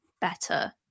better